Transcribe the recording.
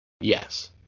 Yes